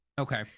Okay